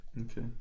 Okay